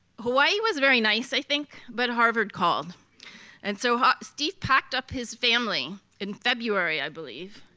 hawaii was very nice i think but harvard called and so steve packed up his family in february, i believe,